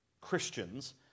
Christians